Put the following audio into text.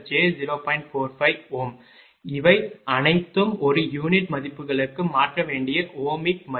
45 இவை அனைத்தும் ஒரு யூனிட் மதிப்புகளுக்கு மாற்ற வேண்டிய ஓமிக் மதிப்பு